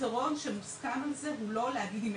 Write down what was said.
הפתרון שמוסכם על זה הוא לא להגיד "אם